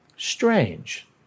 Strange